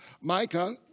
Micah